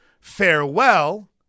farewell